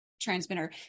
transmitter